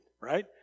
right